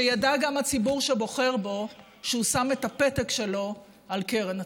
שידע גם הציבור שבוחר בו שהוא שם את הפתק שלו על קרן הצבי.